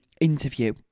interview